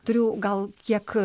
turiu gal kiek